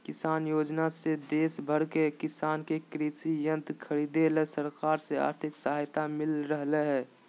किसान योजना से देश भर के किसान के कृषि यंत्र खरीदे ला सरकार से आर्थिक सहायता मिल रहल हई